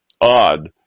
odd